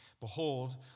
behold